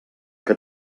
que